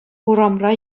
урамра